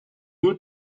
new